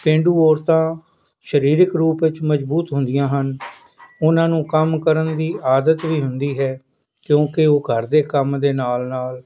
ਪੇਂਡੂ ਔਰਤਾਂ ਸਰੀਰਿਕ ਰੂਪ ਵਿੱਚ ਮਜ਼ਬੂਤ ਹੁੰਦੀਆਂ ਹਨ ਉਨ੍ਹਾਂ ਨੂੰ ਕੰਮ ਕਰਨ ਦੀ ਆਦਤ ਵੀ ਹੁੰਦੀ ਹੈ ਕਿਉਂਕਿ ਉਹ ਘਰ ਦੇ ਕੰਮ ਦੇ ਨਾਲ ਨਾਲ